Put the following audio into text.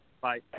Bye